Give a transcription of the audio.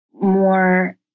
more